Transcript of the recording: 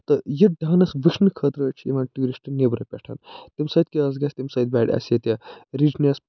تہٕ یہِ ڈانَس وُچھنہٕ خٲطرٕ حظ چھِ یِوان ٹوٗرِشٹ نٮ۪برٕ پٮ۪ٹھ تٔمۍ سۭتۍ کیٛاہ حظ گژھِ تٔمۍ سۭتۍ بَڑِ اَسہِ ییٚتہِ رِچنٮ۪س